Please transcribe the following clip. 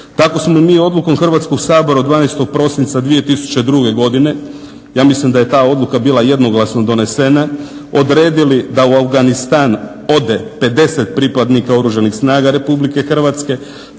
Tako smo mi odlukom Hrvatskog sabora od 12.prosinca 2002.godine ja mislim da je ta odluka bila jednoglasno donesena odredili da u Afganistan ode 50 pripadnika Oružanih snaga RH.